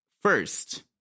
first